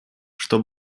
что